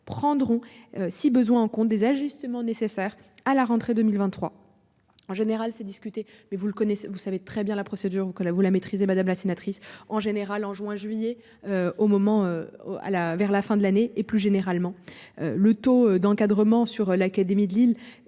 prendront si besoin en compte des ajustements nécessaires à la rentrée 2023. En général c'est discuter mais vous le connaissez, vous savez très bien la procédure ou que là vous la maîtriser, madame la sénatrice en général en juin juillet au moment. Ah la, vers la fin de l'année, et plus généralement le taux d'encadrement sur l'académie de Lille